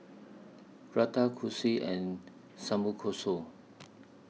Raita Kulfi and Samgyeopsal